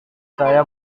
saya